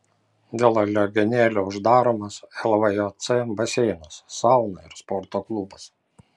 dėl legionelių uždaromas lvjc baseinas sauna ir sporto klubas